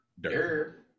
Dirt